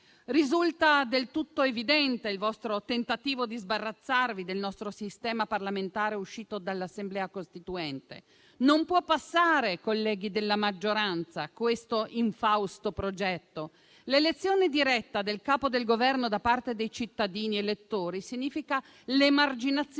Risulta del tutto evidente il vostro tentativo di sbarazzarvi del nostro sistema parlamentare uscito dall'Assemblea costituente. Questo infausto progetto, colleghi della maggioranza, non può passare. L'elezione diretta del Capo del Governo da parte dei cittadini elettori significa l'emarginazione